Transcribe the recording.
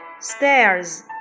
stairs